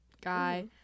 guy